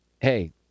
hey